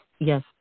yes